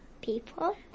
people